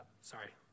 sorry